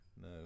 no